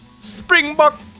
Springbok